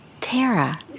Tara